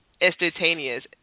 instantaneous